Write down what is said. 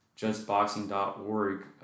Justboxing.org